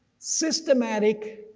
systematic,